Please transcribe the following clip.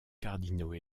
cardinaux